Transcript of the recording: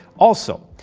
also,